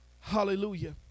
Hallelujah